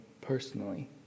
personally